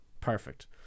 perfect